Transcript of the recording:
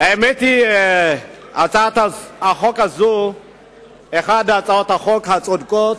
האמת היא שהצעת החוק הזאת היא אחת ההצעות הצודקות,